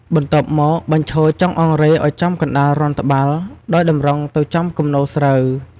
បន្ទាប់មក បញ្ឈរចុងអង្រែឱ្យចំកណ្តាលរន្ធត្បាល់ ដោយតម្រង់ទៅចំគំនរស្រូវ។